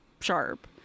sharp